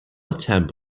attempt